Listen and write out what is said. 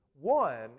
One